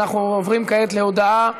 ואנחנו עוברים כעת להודעה